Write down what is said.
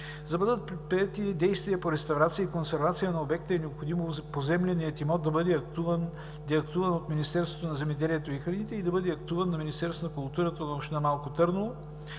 За да бъдат предприети действия по реставрация и консервация на обекта, е необходимо поземленият имот да бъде деактуван от Министерството на земеделието и храните, и да бъде актуван на Министерство на културата, на община Малко Търново,